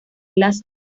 las